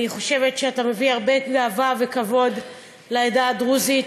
אני חושבת שאתה מביא הרבה גאווה וכבוד לעדה הדרוזית,